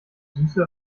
süße